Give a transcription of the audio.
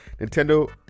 Nintendo